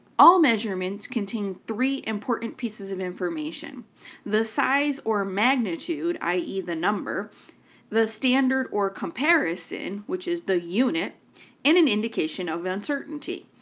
all measurements contain three important pieces of information the size, or magnitude ie, the number the standard, or comparison, which is the unit and an indication of uncertainty.